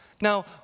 Now